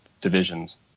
divisions